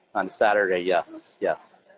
on saturday, yes, yes?